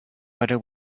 whether